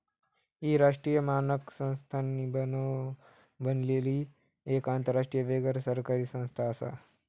ही राष्ट्रीय मानक संस्थांनी बनलली एक आंतरराष्ट्रीय बिगरसरकारी संस्था आसा